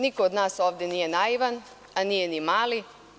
Niko od nas ovde nije naivan, a nije ni mali.